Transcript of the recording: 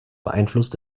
beeinflusst